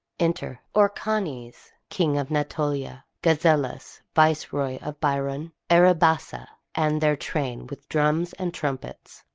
enter orcanes king of natolia, gazellus viceroy of byron, uribassa, and their train, with drums and trumpets.